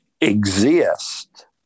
exist